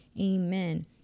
Amen